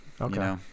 okay